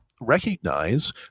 recognize